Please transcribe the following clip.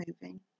moving